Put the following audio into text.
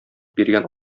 биргән